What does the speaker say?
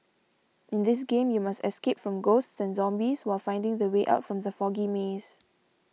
in this game you must escape from ghosts and zombies while finding the way out from the foggy maze